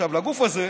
עכשיו, לגוף הזה,